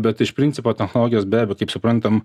bet iš principo technologijos be abejo kaip suprantame